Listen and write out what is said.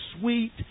sweet